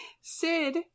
Sid